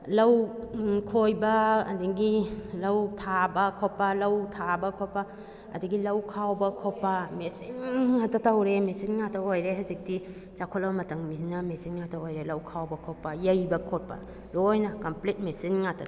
ꯂꯧ ꯈꯣꯏꯕ ꯑꯗꯨꯗꯒꯤ ꯂꯧ ꯊꯥꯕ ꯈꯣꯠꯄ ꯂꯧ ꯊꯥꯕ ꯈꯣꯠꯄ ꯑꯗꯨꯗꯒꯤ ꯂꯧ ꯈꯥꯎꯕ ꯈꯣꯠꯄ ꯃꯦꯆꯤꯟ ꯉꯥꯛꯇ ꯇꯧꯔꯦ ꯃꯦꯆꯤꯟ ꯉꯥꯛꯇ ꯑꯣꯏꯔꯦ ꯍꯧꯖꯤꯛꯇꯤ ꯆꯥꯎꯈꯠꯂꯕ ꯃꯇꯝꯒꯤꯅꯤꯅ ꯃꯦꯆꯤꯟ ꯉꯥꯛꯇ ꯑꯣꯏꯔꯦ ꯂꯧ ꯈꯥꯎꯕ ꯈꯣꯠꯄ ꯌꯩꯕ ꯈꯣꯠꯄ ꯂꯣꯏꯅ ꯀꯝꯄ꯭ꯂꯤꯠ ꯃꯦꯆꯤꯟ ꯉꯥꯛꯇ